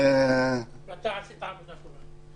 אתה עשית עבודה טובה.